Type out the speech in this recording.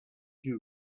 you